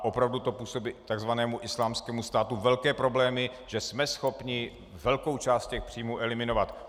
Opravdu to působí takzvanému Islámskému státu velké problémy, že jsme schopni velkou část těch příjmů eliminovat.